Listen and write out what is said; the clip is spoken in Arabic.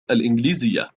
الإنجليزية